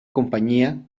compañía